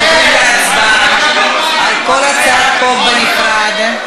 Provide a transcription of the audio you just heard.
אנחנו עוברים להצבעה על כל הצעת חוק בנפרד.